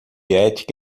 ética